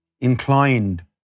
inclined